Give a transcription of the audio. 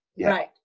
Right